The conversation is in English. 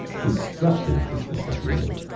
he struck me, hissed the second mate.